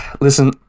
Listen